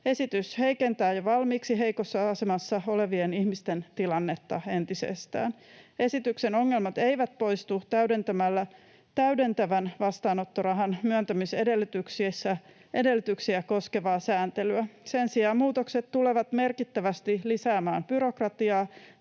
Esitys heikentää jo valmiiksi heikossa asemassa olevien ihmisten tilannetta entisestään. Esityksen ongelmat eivät poistu täydentämällä täydentävän vastaanottorahan myöntämisedellytyksiä koskevaa sääntelyä. Sen sijaan muutokset tulevat merkittävästi lisäämään byrokratiaa,